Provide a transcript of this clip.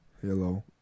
hello